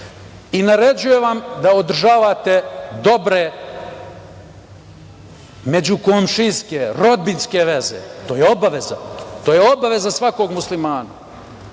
i naređujem vam da održavate dobre međukomšijske, rodbinske veze, to je obaveza, to je obaveza svakog Muslimana.